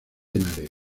henares